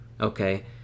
okay